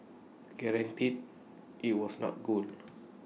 granted IT was not gold